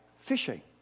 fishing